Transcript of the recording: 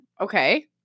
Okay